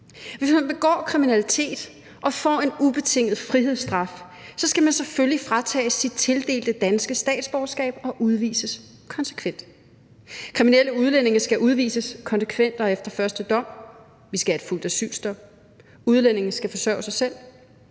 Hvis man begår kriminalitet og får en ubetinget frihedsstraf, skal man selvfølgelig fratages sit tildelte danske statsborgerskab og udvises konsekvent. Kriminelle udlændinge skal udvises konsekvent og efter første dom. Vi skal have et fuldt asylstop. Udlændinge skal forsørge sig selv.